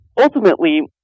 ultimately